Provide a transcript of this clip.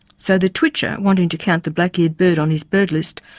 so the twitcher wanting to count the black-eared bird on his bird list,